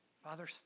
Father